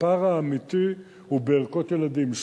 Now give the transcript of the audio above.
הפער האמיתי הוא בערכות ילדים.